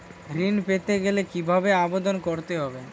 ঋণ পেতে গেলে কিভাবে আবেদন করতে হবে?